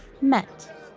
met